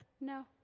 No